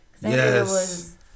Yes